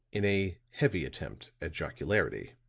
in a heavy attempt at jocularity.